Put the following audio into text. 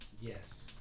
Yes